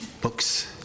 books